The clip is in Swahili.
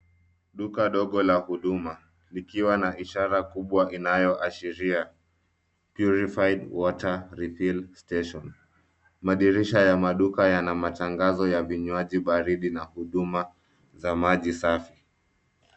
Duka dogo la huduma likiwa na ishara kubwa inayoashiria Purified Water Refill Station. Madirisha ya maduka yana matangazo ya vinywaji baridi na huduma za maji safi.